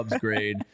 grade